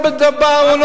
זה היה אישי.